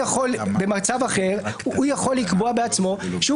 במצב אחר הוא יכול לקבוע בעצמו שהוא